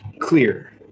clear